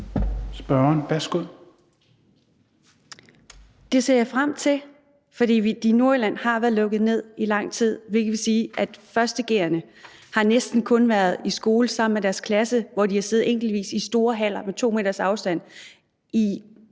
Det ser jeg frem til, for i Nordjylland har der været lukket ned i lang tid, hvilket vil sige, at 1. g'erne næsten kun har været i skole sammen med deres klasse, hvor de har siddet enkeltvis i store haller med to meters afstand.